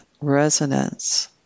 resonance